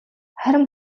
харин